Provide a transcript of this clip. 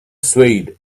swayed